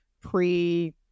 pre